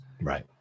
Right